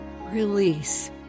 Release